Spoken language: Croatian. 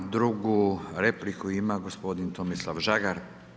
Drugu repliku ima gospodin Tomislav Žagar.